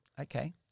Okay